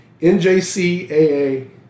NJCAA